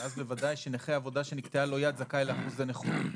ואז בוודאי שנכה עבודה שנקטעה לו יד זכאי לאחוזי נכות.